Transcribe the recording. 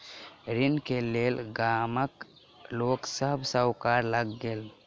ऋण के लेल गामक लोक सभ साहूकार लग गेल